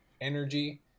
energy